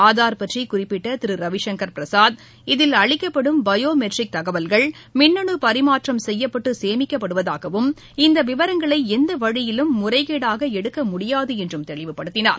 ஆதார் பற்றி குறிப்பிட்ட திரு ரவிசங்கர் பிரசாத் இதில் அளிக்கப்படும் பயோ மெட்ரிக் தகவல்கள் மின்னு பரிமாற்றம் செய்யப்பட்டு சேமிக்கப்படுவதாகவும் இந்த விவரங்களை எந்த வழியிலும் முறைகேடாக எடுக்க முடியாது என்றும் தெளிவுபடுத்தினார்